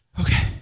Okay